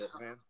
man